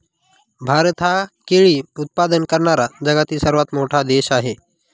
भारत हा केळी उत्पादन करणारा जगातील सर्वात मोठा देश आहे